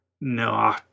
no